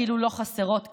כאילו לא חסרות כאלה,